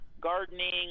gardening